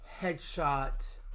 headshot